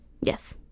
Yes